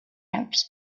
outs